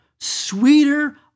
Sweeter